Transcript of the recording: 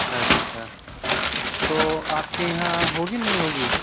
اچھا تو آپ کے یہاں ہوگی نہیں ہوگی